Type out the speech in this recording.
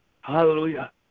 Hallelujah